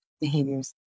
behaviors